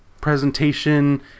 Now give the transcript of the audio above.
Presentation